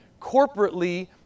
corporately